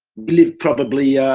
live probably.